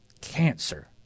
cancer